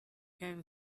gave